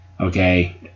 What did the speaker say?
Okay